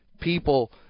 people